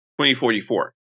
2044